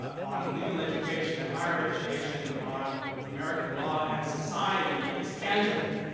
ah on legal education and higher education, on american law, and society is tangible,